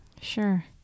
Sure